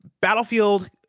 Battlefield